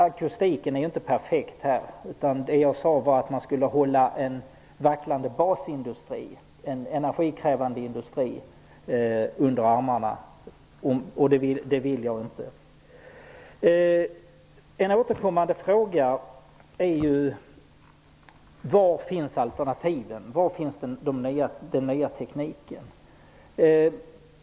Akustiken är inte perfekt här. Det jag sade var att man skulle hålla en vacklande, energikrävande basindustri under armarna. Det vill jag inte. En återkommande fråga är var alternativen finns. Var finns den nya tekniken?